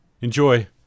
Enjoy